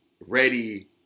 ready